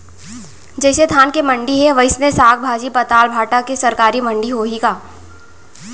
जइसे धान के मंडी हे, वइसने साग, भाजी, पताल, भाटा के सरकारी मंडी होही का?